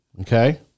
Okay